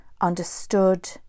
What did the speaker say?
understood